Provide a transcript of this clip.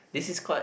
this is quite